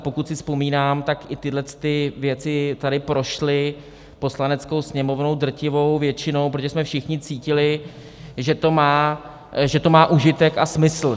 A pokud si vzpomínám, tak i tyhle věci tady prošly Poslaneckou sněmovnou drtivou většinou, protože jsme všichni cítili, že to má užitek a smysl.